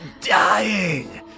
dying